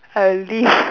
I wish